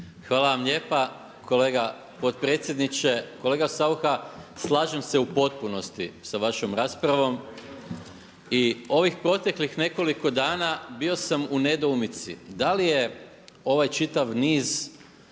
Hvala vam lijepa potpredsjedniče. Kolega SAucha, slažem se u potpunosti sa vašom raspravom i ovih proteklih nekoliko dana bio sam u nedoumici, da li je ovaj čitav niz